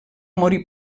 morir